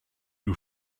who